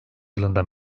yılında